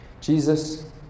Jesus